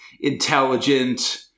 intelligent